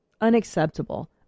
Unacceptable